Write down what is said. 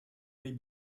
may